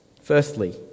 Firstly